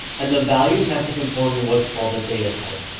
and the values have to conform to what's called a data type.